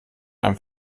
einem